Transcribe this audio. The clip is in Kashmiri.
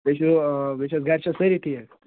تُہۍ چھِو بیٚیہِ چھِوٕ حظ گرِ چھا سٲرٕے ٹھیٖک